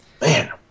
Man